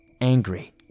angry